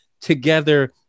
together